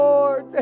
Lord